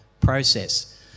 process